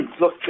look